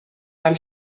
beim